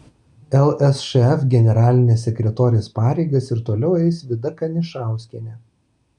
lsšf generalinės sekretorės pareigas ir toliau eis vida kanišauskienė